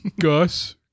Gus